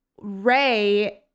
Ray